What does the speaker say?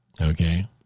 Okay